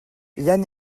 yann